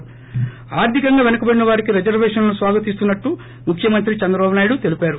ి ఆర్గికంగా పెనుకబడిన వారికి రిజర్వేషన్లను స్వాగతిస్తున్నట్టు ముఖ్యమంత్రి చంద్రబాబు నాయుడు తెలిపారు